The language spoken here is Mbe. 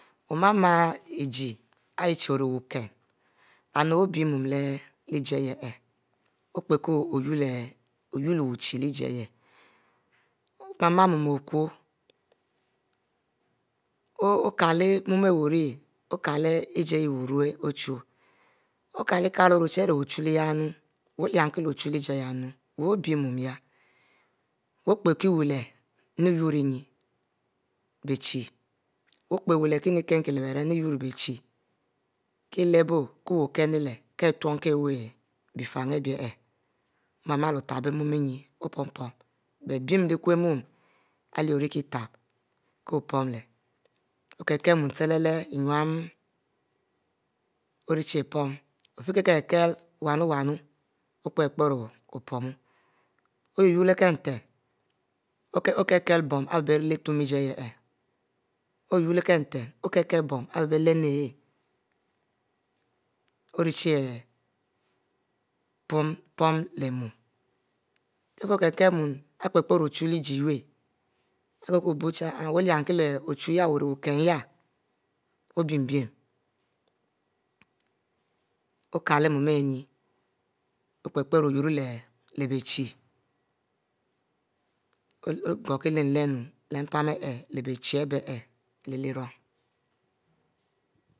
Oma-ma ijie ari chie ori wu kin and obic mug leh ijie yeh opie ko yurro leh chic omama nuia oku okile ijie yeh wu orue ochu, okiele-kielo chic ari awu ochuieh wu lemkie leeh ochui yahnnu wu obie mua wu opie wu leh iyurro inne bic chie wu opoc kic kinnkim leh berem kie ayurro bie chie kie lebo ko okinnu leh kic ari wu bifin oma-male utubo mua inne opom-pom leh but binn lehkumua leh ori kie uteb okie-kic mua vhilele ori chie pon leh ofie kiele kiele yunnu opom-pom leh oyurro leh kie nten okiele bom ari bic ric leh ijie yeh chie pom-pom leh mua ofie yeh okiele mua ari piere-piere ochu ijie yu bic ko bie chic wu olun kie lochu yah wu ori wu kin yah obim-bim okiele mua inne opiere-opiere oyurro leh bic chie ogohokieleh lerno leh mpan ayeh